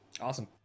Awesome